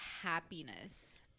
happiness